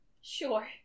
sure